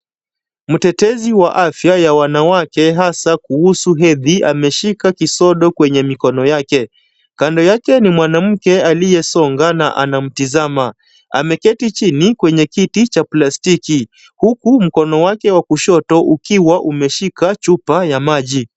Mtetezi wa afya ya wanawake hasa kuhusu hedhi ameshika kisodo kwenye mikono yake. Kando yake ni mwanamke aliyesonga na anamtizama. Ameketi chini kwenye kiti cha plastiki. Huku mkono wake wa kushoto ukiwa umeshika chupa ya maji.